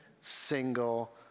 single